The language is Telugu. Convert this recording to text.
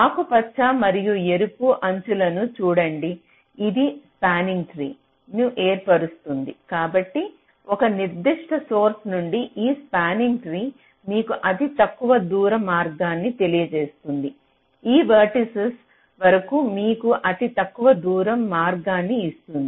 ఆకుపచ్చ మరియు ఎరుపు అంచులను చూడండి ఇది స్పానింగ్ ట్రీ ను ఏర్పరుస్తుంది కాబట్టి ఒక నిర్దిష్ట సోర్స్ నుండి ఈ స్పానింగ్ ట్రీ మీకు అతి తక్కువ దూర మార్గాన్ని తెలియజేస్తుంది ఈ వెర్టిసిస్ వరకు మీకు అతి తక్కువ దూర మార్గాన్ని ఇస్తుంది